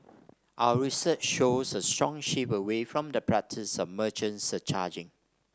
our research shows a strong shift away from the practice of merchant surcharging